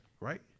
right